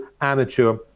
amateur